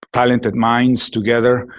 talented minds together